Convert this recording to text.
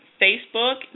Facebook